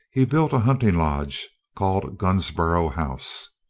he built a hunting lodge, called gunsborough house.